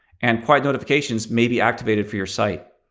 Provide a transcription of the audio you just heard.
and quiet notifications may be activated for your site.